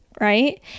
right